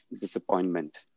disappointment